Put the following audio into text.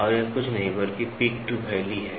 तो यह और कुछ नहीं बल्कि पीक टू वैली है